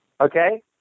okay